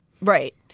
Right